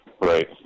Right